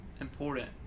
important